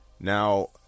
Now